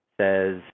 says